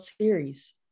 Series